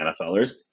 NFLers